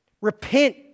Repent